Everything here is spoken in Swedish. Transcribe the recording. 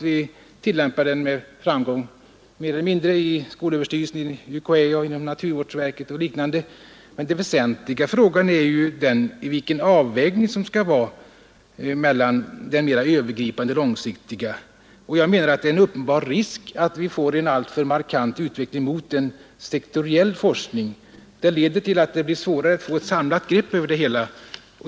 Vi tillämpar den med större eller mindre framgång bl.a. inom skolöverstyrelsen, UKÄ och naturvårdsverket. Det väsentliga är vilken avvägning man skall ha mellan den mer övergripande långsiktiga forskningen och den sektoriella. Jag menar att det finns en uppenbar risk att vi får en alltför markant utveckling emot en sektoriell forskning. Det leder till att det blir svårare att få ett samlat grepp över det hela.